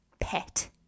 Pet